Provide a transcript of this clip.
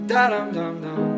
Da-dum-dum-dum